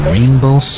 Rainbow